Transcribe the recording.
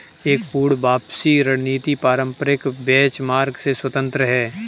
एक पूर्ण वापसी रणनीति पारंपरिक बेंचमार्क से स्वतंत्र हैं